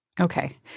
Okay